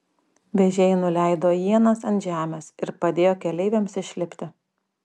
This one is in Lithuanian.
vežėjai nuleido ienas ant žemės ir padėjo keleiviams išlipti